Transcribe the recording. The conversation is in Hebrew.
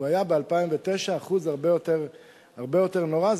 הוא היה ב-2009 אחוז הרבה יותר נורא.